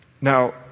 Now